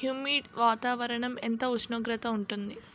Humid వాతావరణం ఎంత ఉష్ణోగ్రత ఉంటుంది?